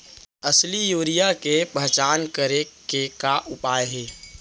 असली यूरिया के पहचान करे के का उपाय हे?